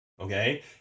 Okay